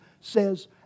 says